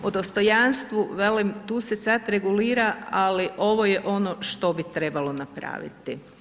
O dostojanstvu tu se sada regulira, ali ovo je ono što bi trebalo napraviti.